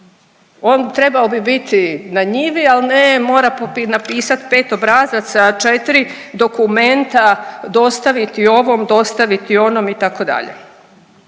Trebao bi biti na njivi al ne mora napisat pet obrazaca, četri dokumenta dostaviti onom, dostaviti onom itd..